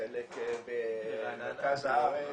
חלק במרכז הארץ,